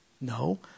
No